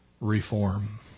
reform